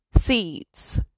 seeds